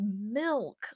milk